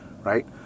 right